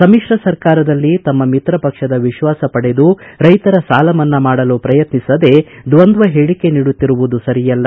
ಸಮಿಶ್ರ ಸರ್ಕಾರದಲ್ಲಿ ತಮ್ಮ ಮಿತ್ರ ಪಕ್ಷದ ವಿಶ್ವಾಸ ಪಡೆದು ರೈತರ ಸಾಲ ಮನ್ನಾ ಮಾಡಲು ಪ್ರಯತ್ನಿಸದೇ ದ್ವಂದ್ವ ಹೇಳಿಕೆ ನೀಡುತ್ತಿರುವುದು ಸರಿಯಲ್ಲ